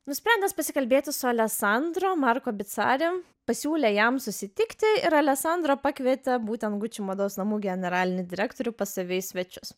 nusprendęs pasikalbėti su aleksandro marko bicari pasiūlė jam susitikti ir aleksandro pakvietė būtent gucci mados namų generalinį direktorių pas save į svečius